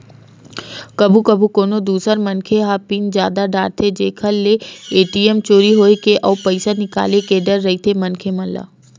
कभू कभू कोनो दूसर मनखे ह पिन जान डारथे जेखर ले ए.टी.एम चोरी होए के अउ पइसा निकाले के डर रहिथे मनखे मन ल